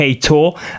tour